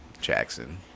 Jackson